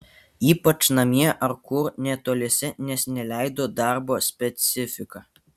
ypač namie ar kur netoliese nes neleido darbo specifika